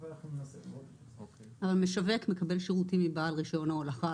אבל משווק מקבל שירותים מבעל רישיון ההולכה,